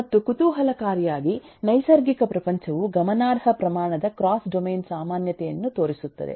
ಮತ್ತು ಕುತೂಹಲಕಾರಿಯಾಗಿ ನೈಸರ್ಗಿಕ ಪ್ರಪಂಚವು ಗಮನಾರ್ಹ ಪ್ರಮಾಣದ ಕ್ರಾಸ್ ಡೊಮೇನ್ ಸಾಮಾನ್ಯತೆಯನ್ನು ತೋರಿಸುತ್ತದೆ